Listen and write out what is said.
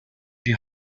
die